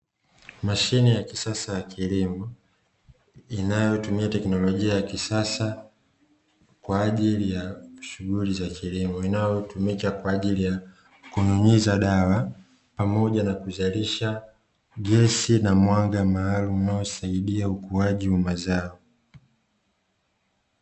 Mashine ya kisasa ya kilimo inayotumia teknolojia ya kisasa kwa ajili ya shughuli za kilimo, inayotumika kwa ajili ya kunyunyiza dawa pamoja na kuzalisha gesi na mwanga maalumu unaosaidia ukuaji wa mazao.